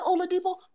Oladipo